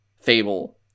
fable